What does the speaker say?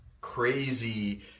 crazy